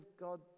God